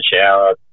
shower